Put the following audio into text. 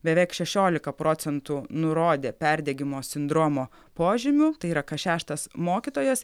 beveik šešiolika procentų nurodė perdegimo sindromo požymių tai yra kas šeštas mokytojas